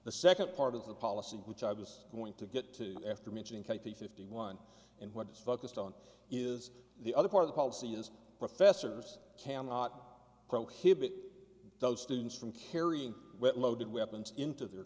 the second part of the policy which i was going to get to after mentioning k p fifty one and what is focused on is the other part of the policy is professors cannot prohibit those students from carrying loaded weapons into their